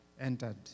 entered